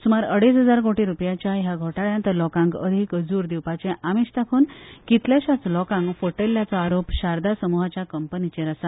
सुमार अडेज हजार कोटी रुपयांच्या हया घोटाळ्यांत लोकांक अदीक जूर दिवपाचें हांयस दाखोवन कितल्याशाच लोकांक फटयिल्ल्याचो आरोप शारदा समुहाच्या कंपनीचेर आसा